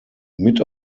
mit